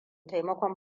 taimakon